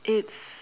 it's